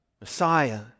Messiah